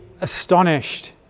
astonished